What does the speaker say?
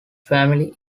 family